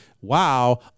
wow